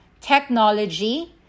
technology